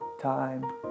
time